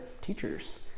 teachers